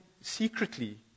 secretly